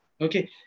Okay